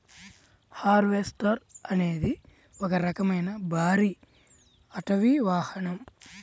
harvester అనేది ఒక రకమైన భారీ అటవీ వాహనం